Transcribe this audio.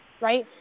Right